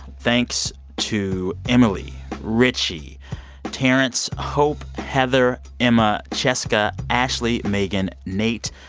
thanks to emily, richie terrence, hope, heather, emma, jessica, ashley, megan, nate,